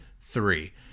three